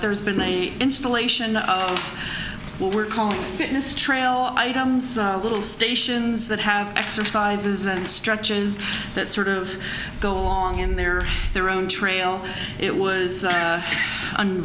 re's been a installation of what we're calling fitness trail items little stations that have exercises and stretches that sort of go along in there their own trail it was